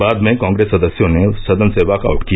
बाद में कांग्रेस सदस्यों ने सदन से वॉकआउट किया